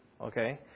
okay